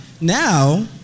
Now